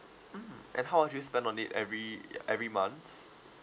mm and how much do you spend on it every every month